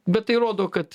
bet tai rodo kad